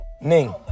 Ning